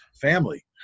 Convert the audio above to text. family